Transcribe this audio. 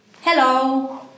Hello